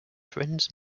friends